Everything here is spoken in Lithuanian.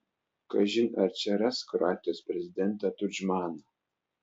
kažin ar čia ras kroatijos prezidentą tudžmaną